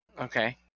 Okay